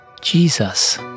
Jesus